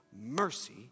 mercy